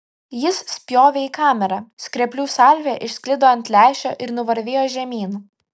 jis spjovė į kamerą skreplių salvė išsklido ant lęšio ir nuvarvėjo žemyn